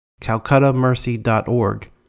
calcuttamercy.org